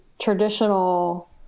traditional